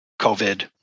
COVID